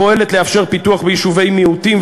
פועלת לאפשר פיתוח ביישובי מיעוטים,